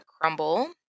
crumble